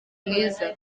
mwiza